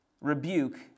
rebuke